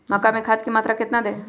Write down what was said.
मक्का में खाद की मात्रा कितना दे?